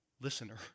listener